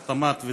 קטמאת וזערורה,